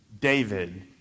David